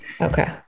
okay